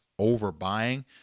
overbuying